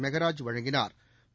மெகராஜ் வழங்கினாா்